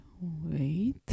Wait